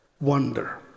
wonder